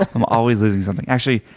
i'm always losing something. actually,